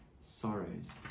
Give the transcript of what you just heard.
sorrows